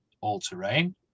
All-Terrain